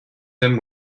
him